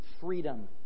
freedom